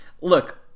look